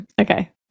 Okay